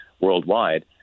worldwide